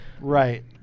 Right